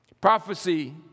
Prophecy